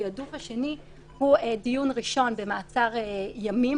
התעדוף השני הוא דיון ראשון במעצר ימים,